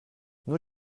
nur